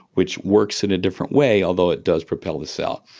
which works in a different way, although it does propel the cell.